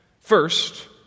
First